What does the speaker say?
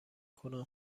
کنم